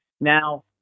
Now